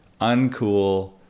uncool